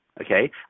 Okay